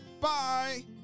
bye